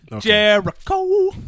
Jericho